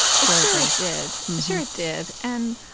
sure, did mm-hmm sure, it did. and